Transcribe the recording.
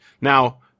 Now